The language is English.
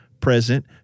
present